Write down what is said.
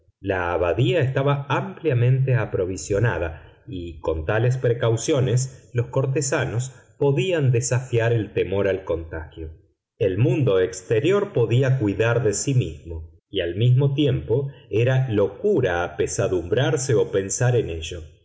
abadía estaba ampliamente aprovisionada y con tales precauciones los cortesanos podían desafiar el temor al contagio el mundo exterior podía cuidar de sí mismo al mismo tiempo era locura apesadumbrarse o pensar en ello